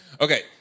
Okay